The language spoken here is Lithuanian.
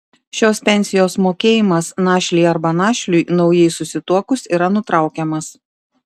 šios pensijos mokėjimas našlei arba našliui naujai susituokus yra nutraukiamas